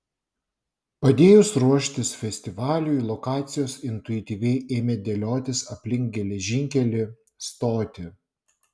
padėjus ruoštis festivaliui lokacijos intuityviai ėmė dėliotis aplink geležinkelį stotį